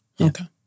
Okay